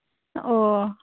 ᱳ